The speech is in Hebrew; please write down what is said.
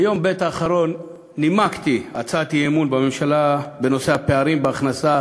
ביום ב' האחרון נימקתי הצעת אי-אמון בממשלה בנושא הפערים בהכנסה